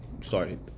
started